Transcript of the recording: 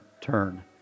turn